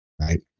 right